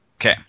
Okay